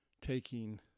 taking